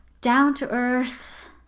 down-to-earth